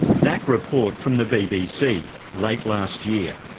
that report from the bbc late last year.